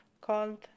called